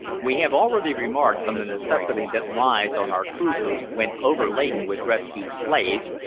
we have already remarked on the necessity that lies on our cruisers, when overladen with rescued slaves,